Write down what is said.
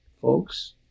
folks